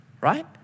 right